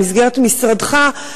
במסגרת משרדך,